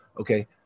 okay